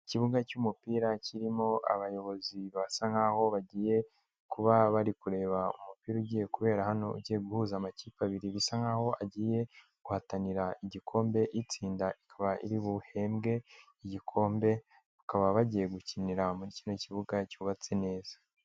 Ikibuga cy'umupira kirimo abayobozi basa nkaho bagiye kuba bari kureba umupira ugiye kubera hano ugiye guhuza amakipe abiri bisa nkaho agiye guhatanira igikombe itsinda ikaba iri buhembwe igikombe bakaba bagiye gukinira muri kino kibuga cyubatse neza.